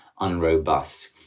unrobust